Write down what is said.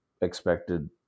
expected